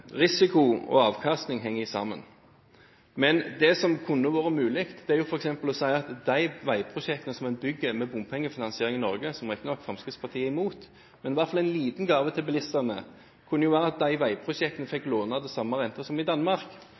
Risiko og avkastning henger sammen. Det som kunne vært mulig, er f.eks. å si at de veiprosjektene som man bygger med bompengefinansiering i Norge, som riktignok Fremskrittspartiet er imot – som en liten gave til bilistene – fikk låne til samme rente som i Danmark. Det er liten grunn til å tro at disse veiprosjektene,